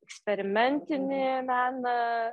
eksperimentinį meną